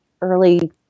early